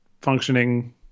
functioning